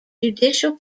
judicial